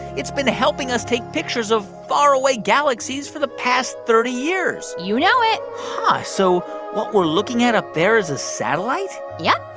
it's been helping us take pictures of faraway galaxies for the past thirty years you know it huh. so what we're looking at up there is a satellite? yep.